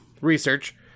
research